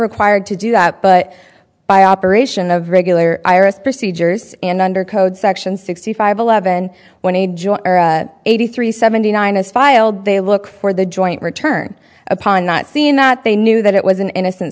required to do that but by operation of regular iris procedures and under code section sixty five eleven one age eighty three seventy nine is filed they look for the joint return upon not seeing that they knew that it was an innocent